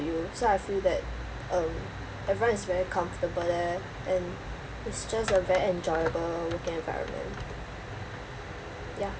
you so I feel that um everyone is very comfortable there and it's just a very enjoyable working environment ya